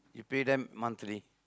you pay them monthly